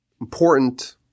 important